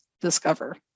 discover